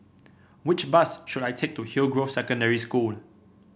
which bus should I take to Hillgrove Secondary School